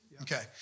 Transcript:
Okay